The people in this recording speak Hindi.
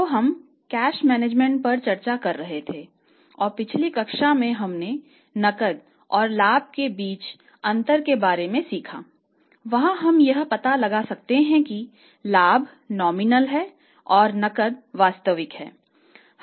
तो हम कैश मैनेजमेंट लाभ में है